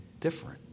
different